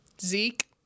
Zeke